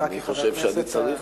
אני חושב שאני צריך.